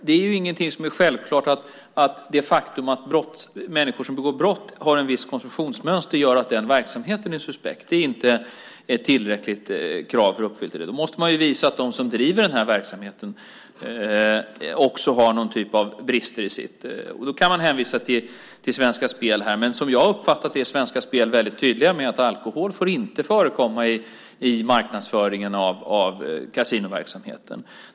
Det är inte självklart att det faktum att människor som begår brott har ett visst konsumtionsmönster gör att en viss verksamhet är suspekt. Det är inte tillräckligt. Man måste visa att de som driver den verksamheten har någon typ av brister i sin verksamhet. Då kan man hänvisa till Svenska Spel. Men som jag uppfattar det är Svenska Spel väldigt tydliga med att alkohol inte får förekomma i marknadsföringen av kasinoverksamheten.